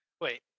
Wait